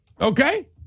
Okay